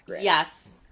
yes